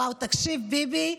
וואו, תקשיב, ביבי,